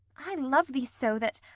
i love thee so, that,